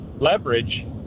leverage